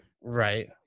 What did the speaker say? right